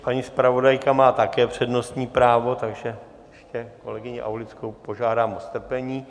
Paní zpravodajka má také přednostní právo, takže kolegyni Aulickou požádám o strpení.